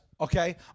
Okay